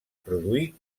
produir